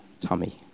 tummy